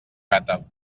gata